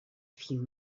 few